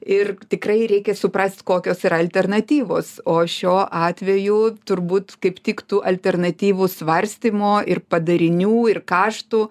ir tikrai reikia suprast kokios yra alternatyvos o šiuo atveju turbūt kaip tik tų alternatyvų svarstymo ir padarinių ir kaštų